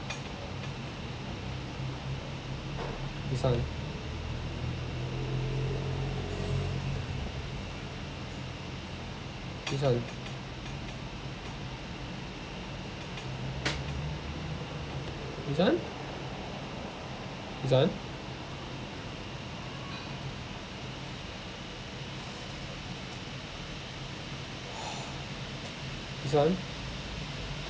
this one this one this one this one this one